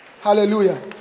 Hallelujah